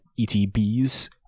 ETBs